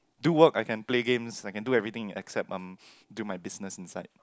do works I can play games I can do everything except um do my business inside